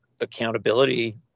accountability